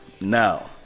Now